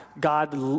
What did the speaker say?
God